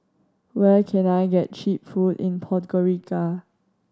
where can I get cheap food in Podgorica